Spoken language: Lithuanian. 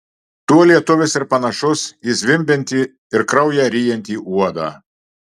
tuo lietuvis ir panašus į zvimbiantį ir kraują ryjantį uodą